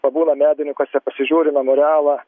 pabūna medininkuose pasižiūri memorialą